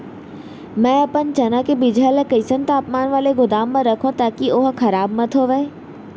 मैं अपन चना के बीजहा ल कइसन तापमान वाले गोदाम म रखव ताकि ओहा खराब मत होवय?